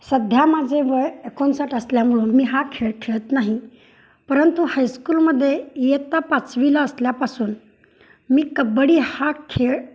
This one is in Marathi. सध्या माझे वय एकोणसाठ असल्यामुळं मी हा खेळ खेळत नाही परंतु हायस्कूलमध्ये इयत्ता पाचवीला असल्यापासून मी कबड्डी हा खेळ